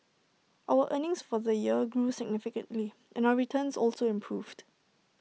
our earnings for the year grew significantly and our returns also improved